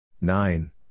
nine